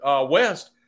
West